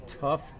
tough